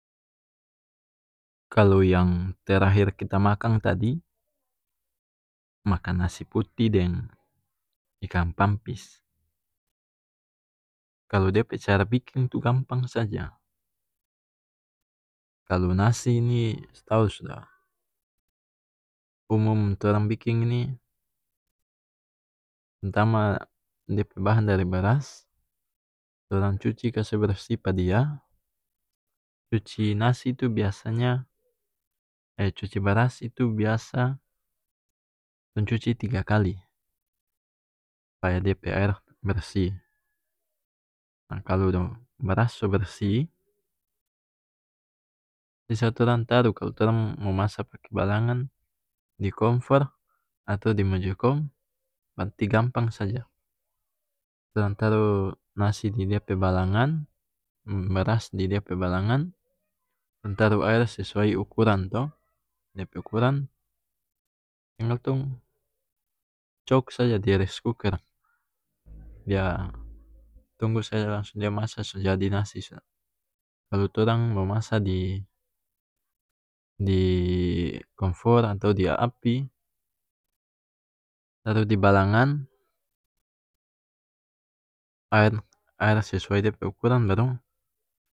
Kalu yang terakhir kita makang tadi makang nasi putih deng ikang pampis kalu dia pe cara biking itu gampang saja kalu nasi ni stau sudah umum torang biking ini dia pe bahan dari baras torang cuci kase bersih pa dia cuci nasi itu biasanya eh cuci baras itu biasa tong cuci tiga kali supaya dia pe aer bersih ah kalu baras so bersih sisa torang taru kalu torang momasa pake balangan di komfor atau di mejikom berarti gampang saja torang taru nasi di dia pe balangan baras di dia pe balangan tong taru aer sesuai ukuran to dia pe ukuran tinggal tong cok saja di reskuker yaa tunggu saja langsung dia masa so jadi nasi suda kalu torang momasa di di-di komfor atau di api taru di balangan aer aer sesuai dia pe ukuran baru.